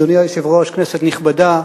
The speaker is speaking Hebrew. אדוני היושב-ראש, כנסת נכבדה,